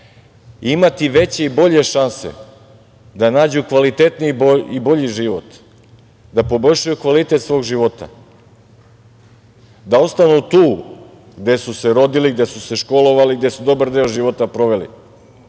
imati veće i bolje šanse da nađu kvalitetniji i bolji život, da poboljšaju kvalitet svog života, da ostanu tu gde su se rodili, gde su se školovali, gde su dobar deo života proveli,